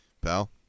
Pal